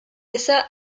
esa